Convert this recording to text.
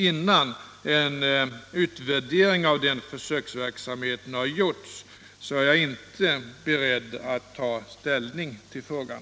Innan en utvärdering av denna försöksverksamhet gjorts är jag inte beredd att ta ställning till frågan.